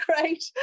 great